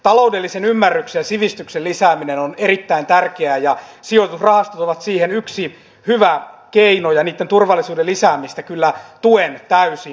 taloudellisen ymmärryksen ja sivistyksen lisääminen on erittäin tärkeää ja sijoitusrahastot ovat siihen yksi hyvä keino ja niitten turvallisuuden lisäämistä kyllä tuen täysin